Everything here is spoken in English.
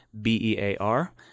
B-E-A-R